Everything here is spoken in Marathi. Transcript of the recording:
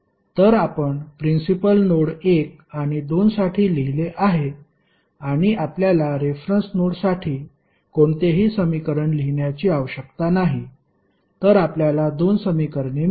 तर आपण प्रिन्सिपल नोड 1 आणि 2 साठी लिहिले आहे आणि आपल्याला रेफरन्स नोडसाठी कोणतेही समीकरण लिहिण्याची आवश्यकता नाही तर आपल्याला दोन समीकरणे मिळाली